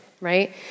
right